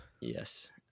Yes